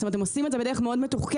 הם עושים את זה בדרך מאוד מתוחכמת,